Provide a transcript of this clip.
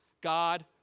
God